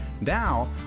Now